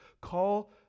Call